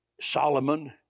Solomon